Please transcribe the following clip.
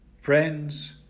Friends